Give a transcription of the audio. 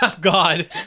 God